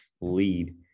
lead